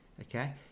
Okay